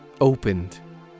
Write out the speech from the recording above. opened